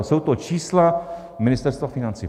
Jsou to čísla Ministerstva financí.